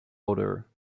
odor